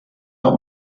not